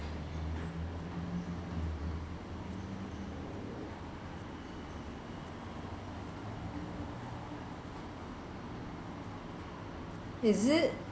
is it